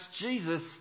Jesus